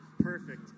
Perfect